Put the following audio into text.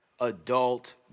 adult